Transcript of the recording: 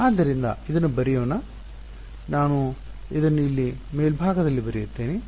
ಆದ್ದರಿಂದ ಇದನ್ನು ಬರೆಯೋಣ ನಾನು ಇದನ್ನು ಇಲ್ಲಿ ಮೇಲ್ಭಾಗದಲ್ಲಿ ಬರೆಯುತ್ತೇನೆ